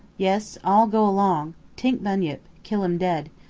yes all go long. tink bunyip. kill um dead.